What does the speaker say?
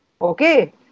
Okay